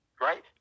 right